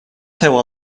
feu